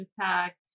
impact